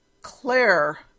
Claire